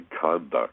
conduct